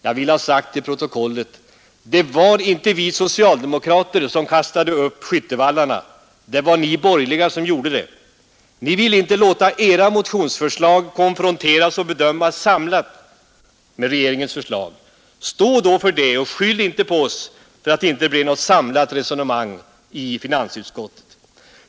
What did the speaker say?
Jag vill ha sagt till protokollet: Det var inte vi socialdemokrater som kastade upp skyttevallarna; det var ni borgerliga som gjorde det. Ni ville inte låta era motionsförslag konfronteras med och bedömas samtidigt som regeringens förslag. Stå då för det, och skyll inte på oss för att det inte blev något samlat resonemang i finansutskottet!